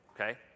okay